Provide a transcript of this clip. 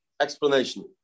explanation